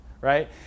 right